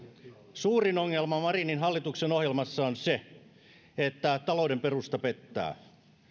suurin ongelma marinin hallituksen ohjelmassa on se että talouden perusta pettää